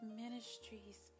ministries